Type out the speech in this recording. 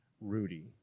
Rudy